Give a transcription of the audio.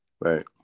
right